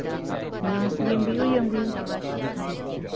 ꯌꯦꯡꯕꯤꯌꯨ ꯌꯦꯡꯕꯤꯌꯨ ꯎꯝ